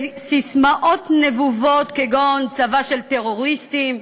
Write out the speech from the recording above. בססמאות נבובות כגון "צבא של טרוריסטים",